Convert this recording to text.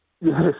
Yes